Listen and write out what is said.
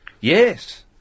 Yes